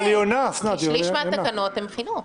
שליש מהתקנות הן חינוך.